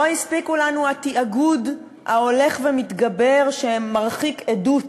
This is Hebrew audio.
לא הספיקו לנו התאגוד ההולך ומתגבר, שמרחיק עדות